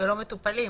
ולא מטופלים.